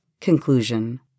Conclusion